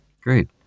Great